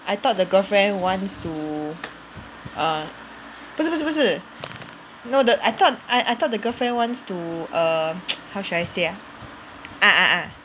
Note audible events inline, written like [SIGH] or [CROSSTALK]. I thought the girlfriend wants to [NOISE] err 不是不是不是 no the I thought I I thought the girlfriend wants to err [NOISE] how should I say ah ah ah